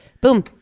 Boom